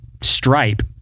Stripe